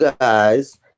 guys